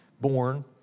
born